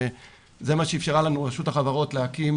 זה מה שאפשרה לנו רשות החברות להקים,